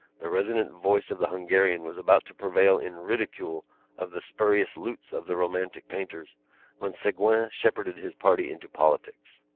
the resonant voice of the hungarian was about to prevail in ridicule of the spurious lutes of the romantic painters when segouin shepherded his party into politics.